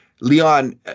Leon